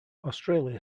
australia